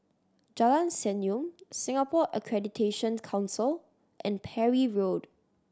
Jalan Senyum Singapore Accreditation's Council and Parry Road